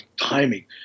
timing